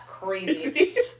crazy